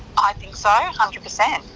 i think so. hundred percent.